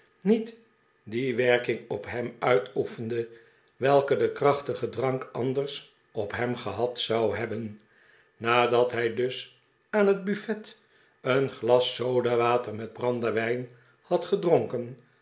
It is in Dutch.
niet die werking op hem uitoefende welke de krachtige drank anders op hem gehad zou hebben nadat hij dus aan het buffet een glas sodawater met brandewijn had gedronken